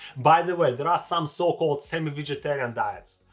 by the way, there are some so-called semi-vegetarian diets.